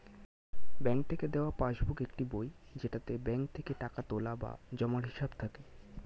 bank থেকে দেওয়া passbook একটি বই যেটাতে ব্যাঙ্ক থেকে টাকা তোলা বা জমার হিসাব থাকে